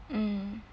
mm